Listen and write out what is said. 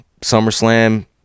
SummerSlam